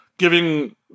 giving